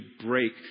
break